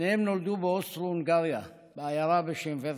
שניהם נולדו באוסטרו-הונגריה, בעיירה בשם ורצקי.